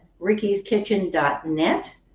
rickyskitchen.net